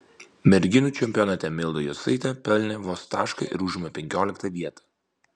merginų čempionate milda jocaitė pelnė vos tašką ir užima penkioliktą vietą